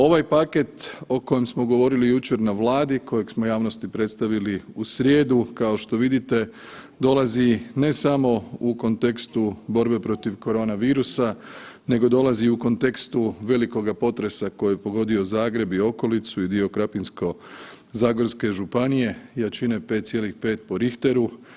Ovaj paket o kojem smo govorili jučer na Vladi, kojeg smo javnosti predstavili u srijedu, kao što vidite dolazi ne samo u kontekstu borbe protiv koronavirusa nego dolazi i u kontekstu velikoga potresa koji je pogodio Zagreb i okolicu i dio Krapinsko-zagorske županije jačine 5,5 po Richteru.